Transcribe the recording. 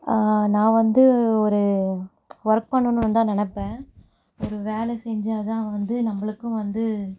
நான் வந்து ஒரு ஒர்க் பண்ணணுன்னு தான் நினப்பேன் ஒரு வேலை செஞ்சால் தான் வந்து நம்மளுக்கும் வந்து